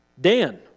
Dan